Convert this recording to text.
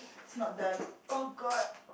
it's not done oh god